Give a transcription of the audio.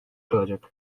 kalacak